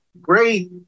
great